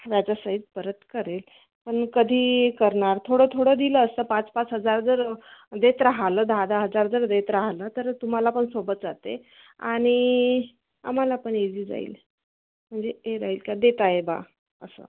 व्याजासहित परत करेल पण कधी करणार थोडं थोडं दिलं असतं पाच पाच हजार जर देत राहिलं दहा दहा हजार जर देत राहिलं तर तुम्हाला पण सोपं जाते आणि आम्हाला पण इझी जाईल म्हणजे ए राहील का देताय बा असं